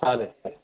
चालेल चालेल